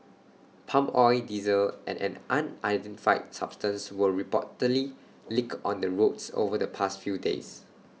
palm oil diesel and an unidentified substance were reportedly leaked on the roads over the past few days